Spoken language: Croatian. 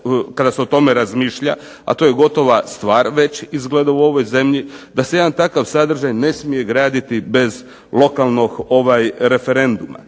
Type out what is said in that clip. kada se o tome razmišlja, a to je gotova stvar već izgleda u ovoj zemlji da se jedan takav sadržaj ne smije graditi bez lokalnog referenduma.